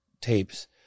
tapes